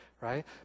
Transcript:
right